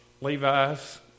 Levi's